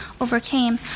overcame